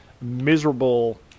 miserable